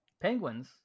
Penguins